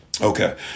okay